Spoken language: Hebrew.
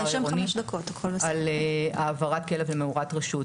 העירוני על העברת כלב למאורת רשות.